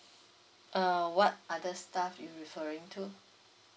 uh what other stuff you referring to